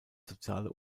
soziale